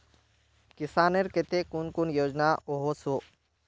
किसानेर केते कुन कुन योजना ओसोहो?